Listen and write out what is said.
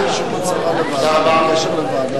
שייתנו לוועדה.